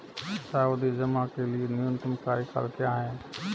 सावधि जमा के लिए न्यूनतम कार्यकाल क्या है?